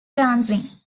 dancing